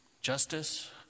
Justice